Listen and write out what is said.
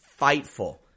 Fightful